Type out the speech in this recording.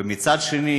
ומצד שני